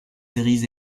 séries